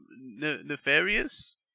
nefarious